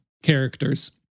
characters